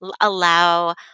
allow